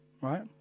right